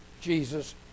Jesus